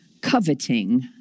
coveting